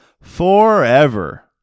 forever